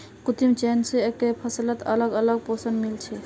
कृत्रिम चयन स एकके फसलत अलग अलग पोषण मिल छे